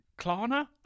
Klarna